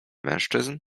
mężczyzn